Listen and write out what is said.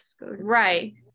Right